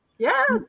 Yes